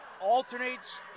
alternates